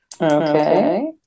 Okay